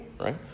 right